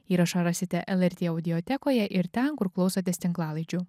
įrašą rasite lrt audiotekoje ir ten kur klausotės tinklalaidžių